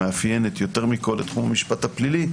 המאפיינת יותר מכל את תחום המשפט הפלילי,